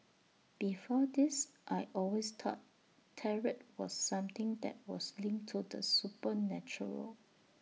before this I always thought tarot was something that was linked to the supernatural